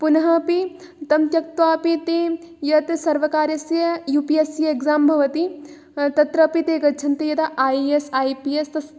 पुनः अपि तं त्यक्त्वा अपि ते यत् सर्वकारस्य U P S C exam भवति तत्रपि ते गच्छन्ति यदा I A S I P S